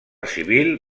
civil